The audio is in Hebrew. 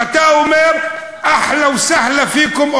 ואתה אומר: אהלה וסהלה פיכום,